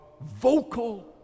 vocal